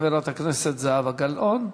חברת הכנסת זהבה גלאון,